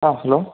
hello